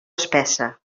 espessa